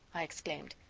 i exclaimed.